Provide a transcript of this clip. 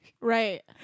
Right